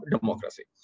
democracy